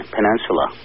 Peninsula